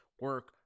Work